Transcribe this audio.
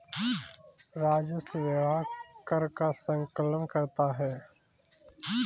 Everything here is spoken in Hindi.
राजस्व विभाग कर का संकलन करता है